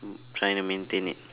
trying to maintain it